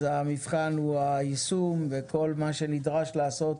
אז המבחן הוא היישום וכל מה שנדרש לעשות